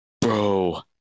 bro